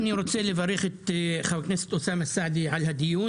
אני רוצה לברך את חבר הכנסת אוסאמה סעדי על הדיון